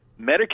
Medicare